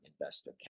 investor